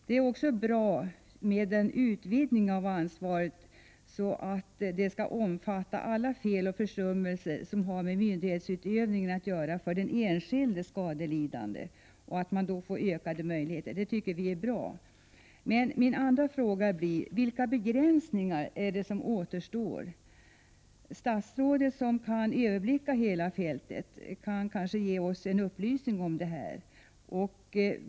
Det är också bra med en utvidgning av ansvaret så att det skall omfatta alla skador på grund av fel och försummelser som har med myndighetsutövning att göra och att den enskilde skadelidande får ökade möjligheter till ersättning. Det tycker vi är bra. Min andra fråga blir då vilka begränsningar det är som återstår. Statsrådet som kan överblicka hela fältet kan kanske ge oss en upplysning om detta.